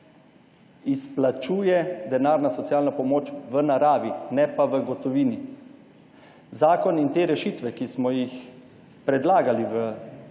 izplačuje denarna socialna pomoč v naravi, ne pa v gotovini. Zakon in te rešitve, ki smo jih predlagali v